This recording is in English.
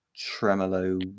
Tremolo